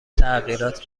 تغییرات